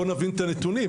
בואו נבין את הנתונים,